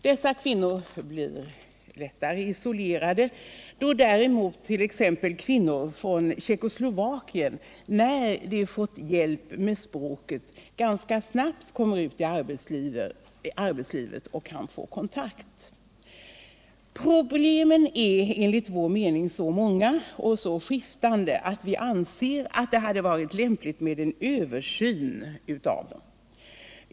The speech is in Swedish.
Dessa kvinnor blir lättare isolerade, då däremot t.ex. kvinnor från Tjeckoslovakien när de fått hjälp med språket ganska snart kommer ut i arbetslivet och kan få kontakt. Problemen är enligt vår mening så många och så skiftande att vi anser att det hade varit lämpligt med en översyn.